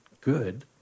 good